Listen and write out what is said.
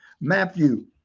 matthew